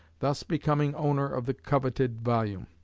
thus becoming owner of the coveted volume.